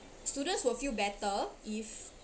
students will feel better if